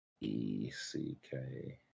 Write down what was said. E-C-K